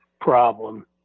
problem